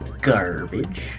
garbage